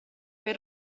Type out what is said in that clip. per